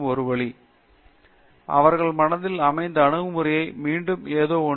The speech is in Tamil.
பேராசிரியர் பிரதாப் ஹரிதாஸ் அவர்கள் மனதில் அமைந்த அணுகுமுறையை மீண்டும் ஏதோ ஒன்று உள்ளது